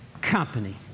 company